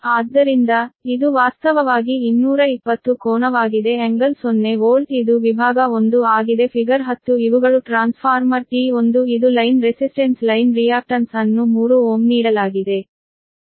ಆದ್ದರಿಂದ ಇದು ವಾಸ್ತವವಾಗಿ 220 ಕೋನವಾಗಿದೆ ∟0 ವೋಲ್ಟ್ ಇದು ವಿಭಾಗ 1 ಆಗಿದೆ ಫಿಗರ್ 10 ಇವುಗಳು ಟ್ರಾನ್ಸ್ಫಾರ್ಮರ್ T1 ಇದು ಲೈನ್ ರೆಸಿಸ್ಟೆನ್ಸ್ ಲೈನ್ ರಿಯಾಕ್ಟನ್ಸ್ ಅನ್ನು 3Ω ನೀಡಲಾಗಿದೆ